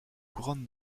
couronne